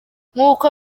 nk’uko